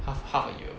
half half a year